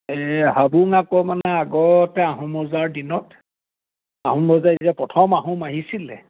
এই হাবুং আকৌ মানে আগতে আহোম বজাৰ দিনত আহোম প্ৰথম আহোম আহিছিলে